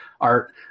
art